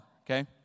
Okay